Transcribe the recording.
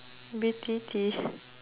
B_T_T